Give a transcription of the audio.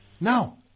No